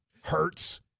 Hurts